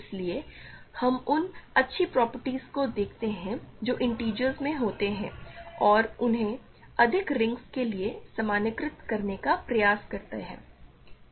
इसलिए हम उन अच्छे प्रॉपर्टीज को देखते हैं जो इंटिजर्स में होते हैं और उन्हें अधिक रिंग्स के लिए सामान्यीकृत करने का प्रयास करते हैं